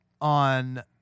on